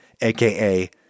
AKA